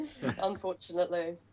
unfortunately